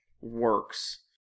works